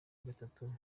nagatatu